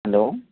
hello